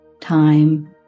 time